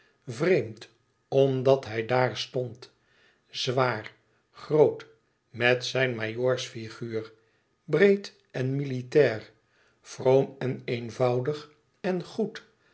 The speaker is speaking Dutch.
vreemd omdat hij daar stond zwaar groot met zijn majoorsfiguur breed en militair vroom en eenvoudig en goed